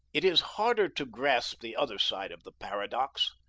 it is harder to grasp the other side of the paradox,